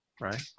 Right